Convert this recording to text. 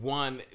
one